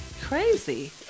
crazy